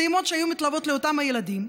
סייעות שהיו מתלוות לאותם הילדים,